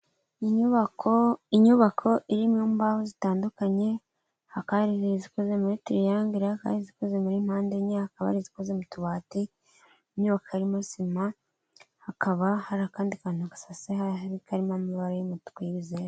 Inyubako inyubako iririmo imbaho zitandukanye hakaba muri tiriyangere hakaba ari izikoze ari izikoze mutubati imyubako irimo sima hakaba hari akandi kantu gashashe hasi karimo amabara y'umutuku y'ibizeru.